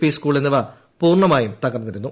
P പൂസ്കൂൾ എന്നിവ പൂർണമായും തകർന്നിരുന്നു